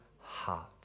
heart